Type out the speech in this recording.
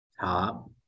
top